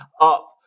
up